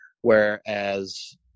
Whereas